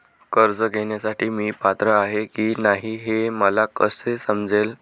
कर्ज घेण्यासाठी मी पात्र आहे की नाही हे मला कसे समजेल?